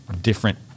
different